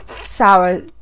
sour